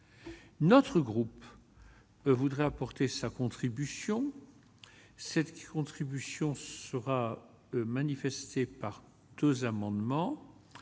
notre groupe voudrait apporter sa contribution, cette contribution sera manifestée par 2 amendements